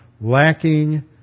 lacking